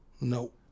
No